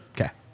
Okay